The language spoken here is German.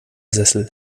sessel